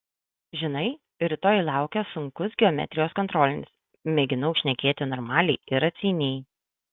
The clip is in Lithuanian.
žinai rytoj laukia sunkus geometrijos kontrolinis mėginau šnekėti normaliai ir atsainiai